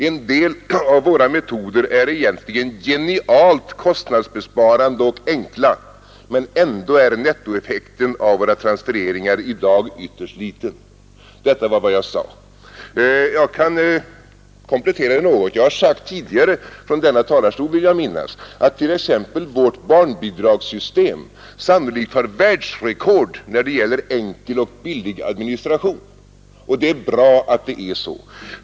En del av våra metoder är egentligen genialt kostnadsbesparande och enkla. Men ändå är nettoeffekten av våra transfereringar i dag ytterst liten.” Detta var vad jag sade, och jag kan komplettera det något. Jag har sagt tidigare, från denna talarstol vill jag minnas, att t.ex. vårt barnbidragssystem sannolikt har världsrekord när det gäller enkel och billig administration, och det är bra att det är så.